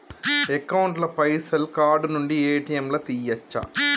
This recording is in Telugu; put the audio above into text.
అకౌంట్ ల పైసల్ కార్డ్ నుండి ఏ.టి.ఎమ్ లా తియ్యచ్చా?